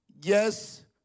Yes